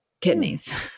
kidneys